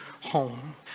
home